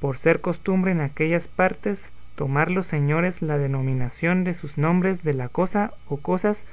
por ser costumbre en aquellas partes tomar los señores la denominación de sus nombres de la cosa o cosas